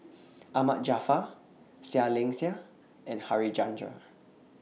Ahmad Jaafar Seah Liang Seah and Harichandra